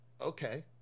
Okay